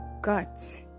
guts